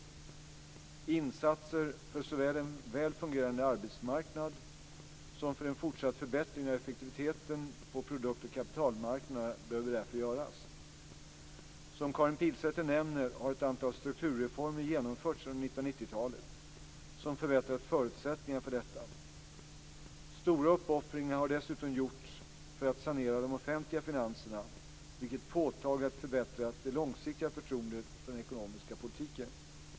Insatser, för såväl en väl fungerande arbetsmarknad som för en fortsatt förbättring av effektiviteten på produkt och kapitalmarknaderna, behöver därför göras. Som Karin Pilsäter nämner har ett antal strukturreformer genomförts under 1990-talet som förbättrat förutsättningarna för detta. Stora uppoffringar har dessutom gjorts för att sanera de offentliga finanserna vilket påtagligt förbättrat det långsiktiga förtroendet för den ekonomiska politiken.